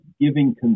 giving